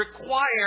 require